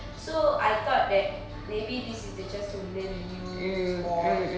so I thought that maybe this is the chance to learn a new sport